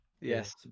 Yes